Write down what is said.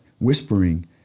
whispering